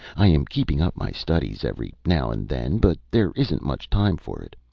i am keeping up my studies every now and then, but there isn't much time for it.